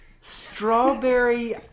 strawberry